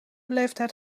leeftijd